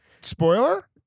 Spoiler